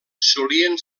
solien